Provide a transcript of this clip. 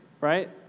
right